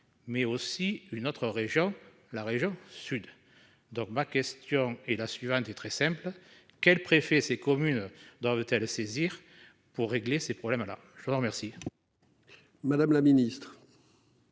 mais aussi une autre région, la région sud. Donc ma question est la suivante, est très simple. Quel préfet ces communes dans l'hôtel à saisir pour régler ces problèmes-là, je voudrais remercier. Madame la Ministre.